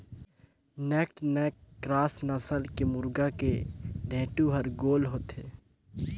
naked neck cross नसल के मुरगा के ढेंटू हर गोल होथे